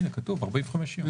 כתוב: 45 ימים.